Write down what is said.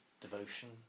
devotion